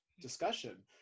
discussion